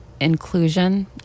Inclusion